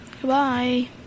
Goodbye